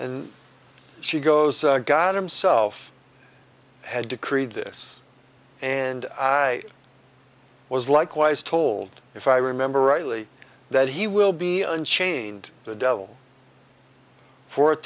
and she goes god himself had decreed this and i was likewise told if i remember rightly that he will be unchained the devil fo